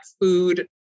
food